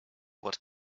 what